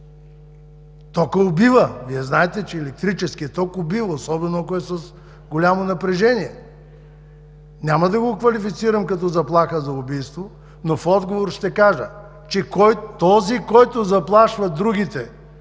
Токът убива. Вие знаете, че електрическият ток убива, особено ако е с голямо напрежение. Няма да го квалифицирам като заплаха за убийство, но в отговор ще кажа, че този, който заплашва другите,